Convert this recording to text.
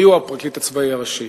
מיהו הפרקליט הצבאי הראשי?